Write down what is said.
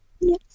Yes